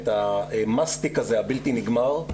את המסטיק הזה הבלתי נגמר,